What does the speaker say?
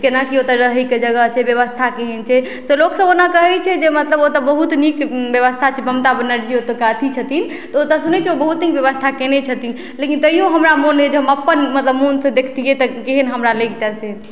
केना की ओतऽ रहैके जगह छै व्यवस्था केहेन छै से लोकसभ ओना कहै छै जे मतलब ओतऽ बहुत नीक व्यवस्था छै ममता बनर्जी ओतुका अथी छथिन तऽ ओतऽ सुनै छियै ओ बहुत नीक व्यवस्था केने छथिन लेकिन तैयो हमरा मोन अइछ जे हम अपन मतलब मोन से देखतिए तऽ केहेन हमरा लैगते से